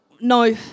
no